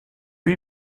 lui